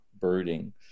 birding